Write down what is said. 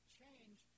change